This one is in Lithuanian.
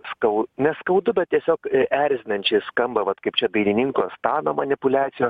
skau neskaudu bet tiesiog erzinančiai skamba vat kaip čia dainininko stano manipuliacijos